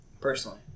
Personally